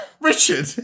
Richard